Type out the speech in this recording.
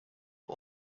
are